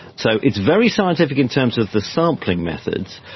so it's very scientific in terms of the sampling methods,